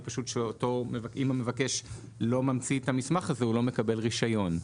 היא שאם המבקש לא ממציא את המסמך הזה הוא לא מקבל רישיון.